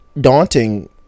daunting